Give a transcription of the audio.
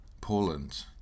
Poland